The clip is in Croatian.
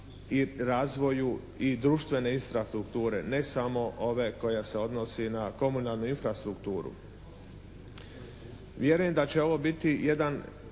i razvoju društvene infrastrukture, ne samo ove koja se odnosi na komunalnu infrastrukturu. Vjerujem da će ovo biti jedan